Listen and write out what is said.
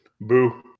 Boo